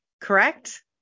correct